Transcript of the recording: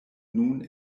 nun